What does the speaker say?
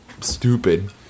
stupid